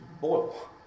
boil